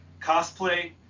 cosplay